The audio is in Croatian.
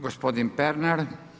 Gospodin Pernar.